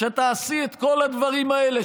שתעשי את כל הדברים האלה,